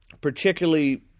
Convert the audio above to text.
particularly